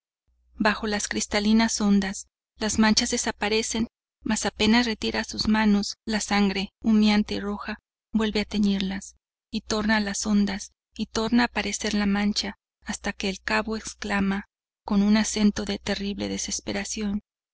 bajo las cristalinas ondas las manchas desaparecen más apenas retira sus manos la sangre humeante y roja vuelve a teñirlas y torna a las ondas y torna a aparecer la mancha hasta que el cabo exclama con un acento de terrible desesperación